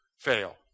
Fail